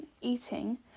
eating